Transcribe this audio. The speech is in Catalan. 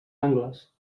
angles